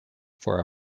for